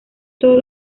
todos